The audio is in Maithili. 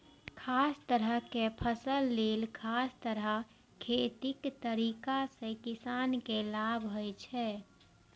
खास तरहक फसल लेल खास तरह खेतीक तरीका सं किसान के लाभ होइ छै